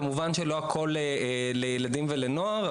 כמובן שלא הכל לילדים ולנוער,